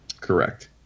Correct